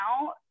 now